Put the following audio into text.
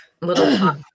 Little